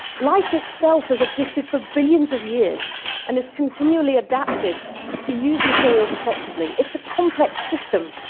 life itself has existed for billions of years and has continually adapted to use materials effectively. it's a complex system,